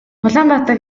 улаанбаатар